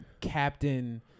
captain